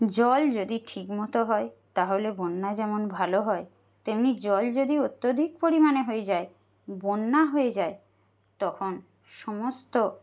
জল যদি ঠিকমতো হয় তাহলে বন্যা যেমন ভালো হয় তেমনি জল যদি অত্যধিক পরিমাণে হয়ে যায় বন্যা হয়ে যায় তখন সমস্ত